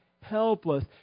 helpless